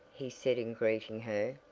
he said in greeting her.